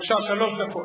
בבקשה, שלוש דקות.